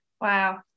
Wow